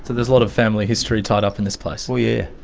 there's a lot of family history tied up in this place. oh yeah